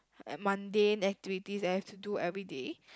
and mundane activities that I have to do everyday